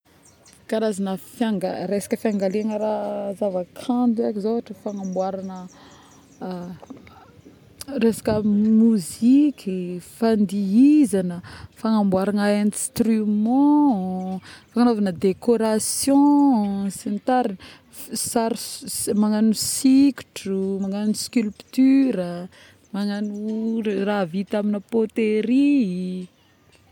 Karazagny fianga. resaka fiangaliagna raha zava- kanto aiko zô ôhatra fangamboaragna resaka moziky fandihizagna fangamboaragna instrument fagnaovana décoration sy ny tarigny magnano sikotro magnano sculpture.aa magnano raha vita amina poterie.yy